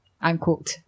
unquote